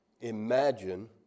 Imagine